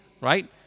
right